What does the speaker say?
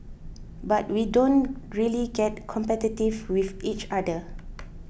but we don't really get competitive with each other